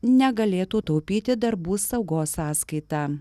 negalėtų taupyti darbų saugos sąskaita